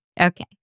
Okay